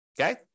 okay